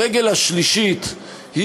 והרגל השלישית,